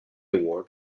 award